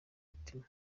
mutima